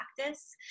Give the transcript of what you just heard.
practice